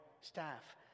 staff